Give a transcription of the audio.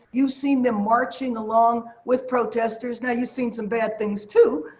you've seen them marching along with protesters. now, you've seen some bad things, too.